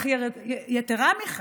יתרה מזו,